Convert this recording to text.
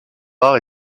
bar